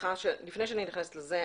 לפני שאני נכנסת לזה,